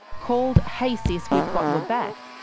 called hey sis, we've got your back',